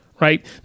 right